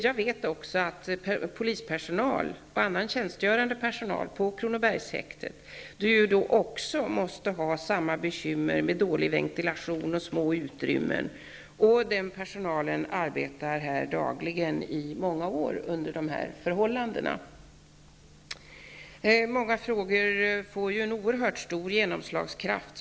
Jag vet att även polispersonal och annan tjänstgörande personal på Kronobergshäktet måste ha samma bekymmer med dålig ventilation och små utrymmen. Den personalen arbetar dagligen i många år under dessa förhållanden. Många frågor får en oerhört stor genomslagskraft.